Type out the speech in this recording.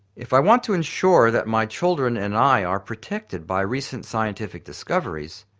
if i want to ensure that my children and i are protected by recent scientific discoveries